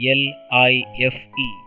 life